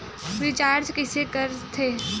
Recharge कइसे कर थे?